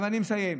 אני מסיים.